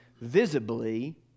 visibly